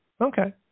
Okay